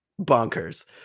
bonkers